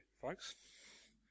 folks